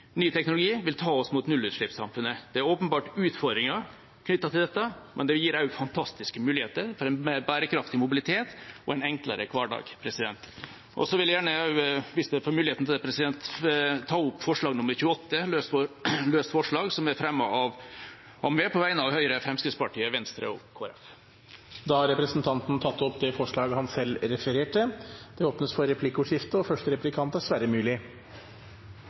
vil ta oss mot nullutslippssamfunnet. Det er åpenbart utfordringer knyttet til dette, men det gir også fantastiske muligheter for en mer bærekraftig mobilitet og en enklere hverdag. Så vil jeg gjerne også – hvis jeg får muligheten til det, president – ta opp forslag nr. 28, et løst forslag som er fremmet av meg på vegne av Høyre, Fremskrittspartiet, Venstre og Kristelig Folkeparti. Representanten Helge Orten har tatt opp det forslaget han refererte til. Det blir replikkordskifte. Komitélederen holdt et informativt og